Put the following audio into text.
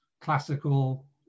classical